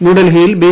ന്യൂഡൽഹിയിൽ ബി